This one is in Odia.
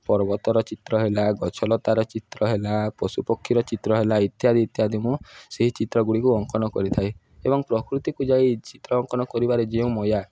ପର୍ବତର ଚିତ୍ର ହେଲା ଗଛଲତାର ଚିତ୍ର ହେଲା ପଶୁପକ୍ଷୀର ଚିତ୍ର ହେଲା ଇତ୍ୟାଦି ଇତ୍ୟାଦି ମୁଁ ସେହି ଚିତ୍ରଗୁଡ଼ିକୁ ଅଙ୍କନ କରିଥାଏ ଏବଂ ପ୍ରକୃତିକୁ ଯାଇ ଚିତ୍ର ଅଙ୍କନ କରିବାରେ ଯେଉଁ ମାୟା